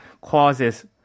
causes